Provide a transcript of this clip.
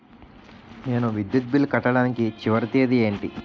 నేను విద్యుత్ బిల్లు కట్టడానికి చివరి తేదీ ఏంటి?